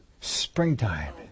Springtime